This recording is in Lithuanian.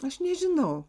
aš nežinau